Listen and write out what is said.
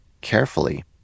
carefully